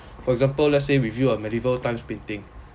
for example let's say we view a medieval times painting